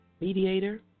Mediator